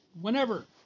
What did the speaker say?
whenever